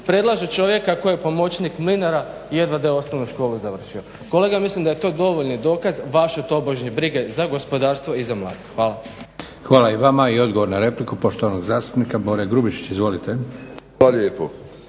predlaže čovjeka koji je pomoćnik mlinara i jedva da je osnovnu školu završio. Kolega, mislim da je to dovoljni dokaz vaše tobožnje brige za gospodarstvo i za mlade. Hvala. **Leko, Josip (SDP)** Hvala i vama. I odgovor na repliku poštovanog zastupnika Bore Grubišića. Izvolite. **Grubišić,